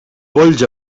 polls